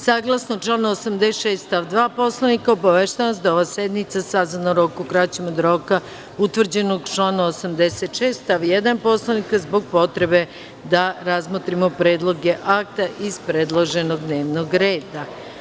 Saglasno članu 86. stav 2. Poslovnika, obaveštavam vas da je ova sednica sazvana u roku kraćem od roka utvrđenog u članu 86. stav 1. Poslovnika, zbog potrebe da razmotrimo predloge akata iz predloženog dnevnog reda.